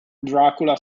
dracula